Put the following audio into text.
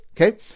Okay